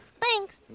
thanks